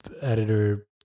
editor